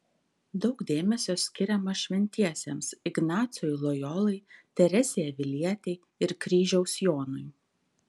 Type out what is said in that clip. daug dėmesio skiriama šventiesiems ignacui lojolai teresei avilietei ir kryžiaus jonui